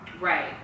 Right